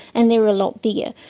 and they are a lot bigger.